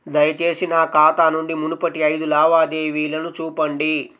దయచేసి నా ఖాతా నుండి మునుపటి ఐదు లావాదేవీలను చూపండి